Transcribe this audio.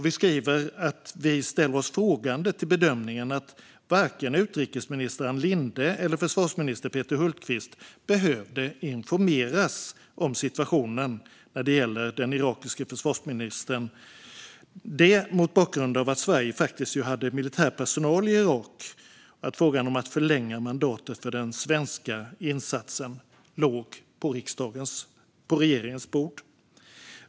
Vi skriver att vi ställer oss frågande till bedömningen att varken utrikesminister Ann Linde eller försvarsminister Peter Hultqvist behövde informeras om situationen när det gällde den irakiske försvarsministern - detta mot bakgrund av att Sverige faktiskt hade militär personal i Irak och att frågan om att förlänga mandatet för den svenska insatsen låg på regeringens bord.